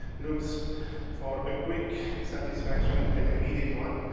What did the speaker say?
looks for a quick satisfaction, an immediate one,